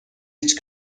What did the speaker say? each